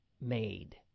made